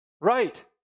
right